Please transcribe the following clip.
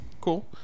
Cool